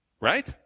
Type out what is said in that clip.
Right